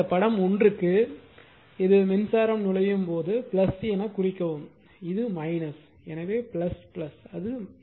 எனவே இந்த படம் 1 க்கு இது மின்சாரம் நுழையும் இதை எனக் குறிக்கவும் இது எனவே அது